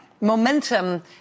Momentum